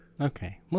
Okay